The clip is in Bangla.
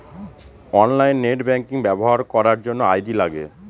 অনলাইন নেট ব্যাঙ্কিং ব্যবহার করার জন্য আই.ডি লাগে